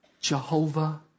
Jehovah